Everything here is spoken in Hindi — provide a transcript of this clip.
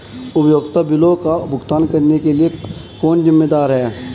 उपयोगिता बिलों का भुगतान करने के लिए कौन जिम्मेदार है?